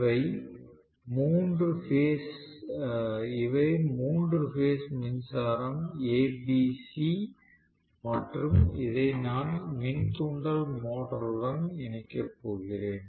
இவை மூன்று பேஸ் மின்சாரம் A B C மற்றும் இதை நான் மின் தூண்டல் மோட்டருடன் இணைக்கப் போகிறேன்